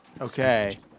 Okay